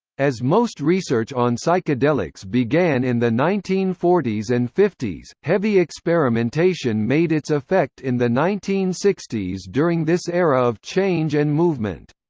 as most research on psychedelics began in the nineteen forty s and fifty s, heavy experimentation made its effect in the nineteen sixty s during this era of change and movement.